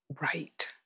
right